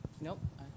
Nope